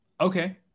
okay